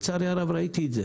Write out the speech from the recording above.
לצערי הרב ראיתי את זה.